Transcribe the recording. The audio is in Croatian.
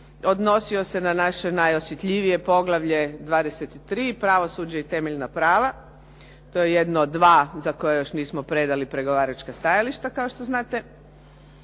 Odnosio se na naše najosjetljivije poglavlje 23. - Pravosuđe i temeljna prava. To je jedno od dva za koje još nismo predali pregovaračka stajališta kao što znate.